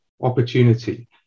opportunity